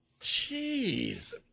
Jeez